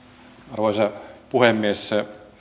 arvoisa puhemies